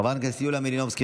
חברת הכנסת יוליה מלינובסקי,